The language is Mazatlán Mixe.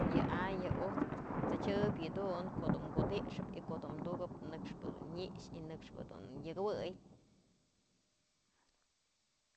Yë ay yë ujt'së t'sëdyë yëdun kodun kudyxëp y ko'o du tukëp nëkxpë dun nyëxy nëxpë dun yëk jëwëy.